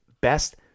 best